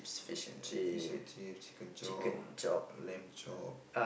fish and chips chicken chop lamb chop